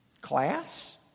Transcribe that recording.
Class